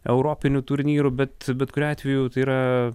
europinių turnyrų bet bet kuriuo atveju tai yra